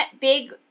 big